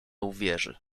uwierzy